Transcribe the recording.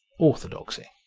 orthodoxy